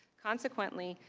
consequently,